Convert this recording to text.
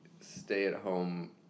stay-at-home